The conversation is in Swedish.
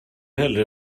hellre